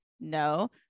No